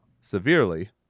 severely